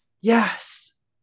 yes